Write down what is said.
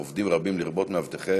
עובדים רבים, לרבות מאבטחי